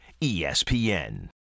ESPN